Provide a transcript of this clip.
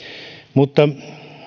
mutta